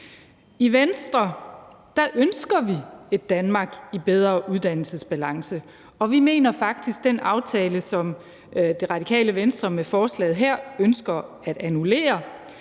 I Venstre ønsker vi et Danmark i bedre uddannelsesbalance, og vi mener faktisk, at vi med den aftale, som Det Radikale Venstre med forslaget her ønsker at annullere,